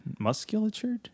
Musculatured